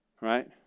Right